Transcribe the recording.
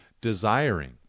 desiring